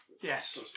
Yes